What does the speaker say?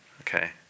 Okay